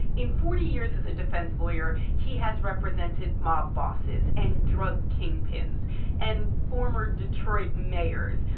in forty years as a defense lawyer, he has represented mob bosses and drug kingpins and former detroit mayors.